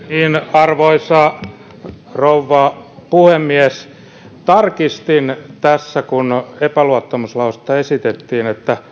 arvoisa rouva puhemies tarkistin tässä kun epäluottamuslausetta esitettiin